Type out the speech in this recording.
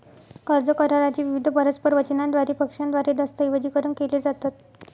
कर्ज करारा चे विविध परस्पर वचनांद्वारे पक्षांद्वारे दस्तऐवजीकरण केले जातात